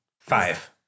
Five